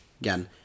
again